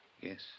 Yes